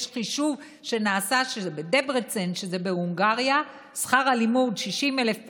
יש חישוב שנעשה בדברצן בהונגריה: שכר הלימוד לשנה הוא 60,000,